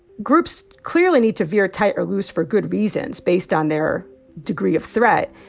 groups clearly need to veer tight or loose for good reasons based on their degree of threat.